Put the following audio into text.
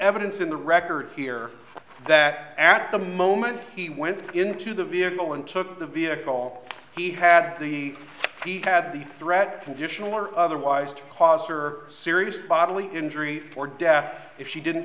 evidence in the record here that at the moment he went into the vehicle and took the vehicle he had the he had the threat conditional or otherwise to cause or serious bodily injury or death if she didn't